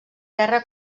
guerra